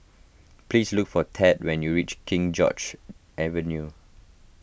please look for Thad when you reach King George's Avenue